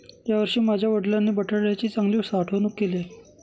यावर्षी माझ्या वडिलांनी बटाट्याची चांगली साठवणूक केली आहे